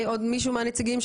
עוד מישהו מהנציגים?